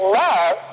love